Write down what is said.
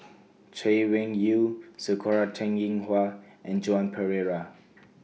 Chay Weng Yew Sakura Teng Ying Hua and Joan Pereira